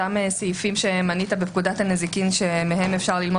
הסעיפים שמנית בפקודת הנזיקין שמהם אפשר לקבוע